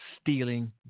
Stealing